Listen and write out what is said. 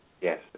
Yes